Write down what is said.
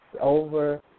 over